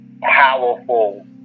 powerful